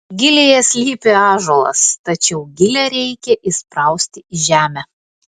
gilėje slypi ąžuolas tačiau gilę reikia įsprausti į žemę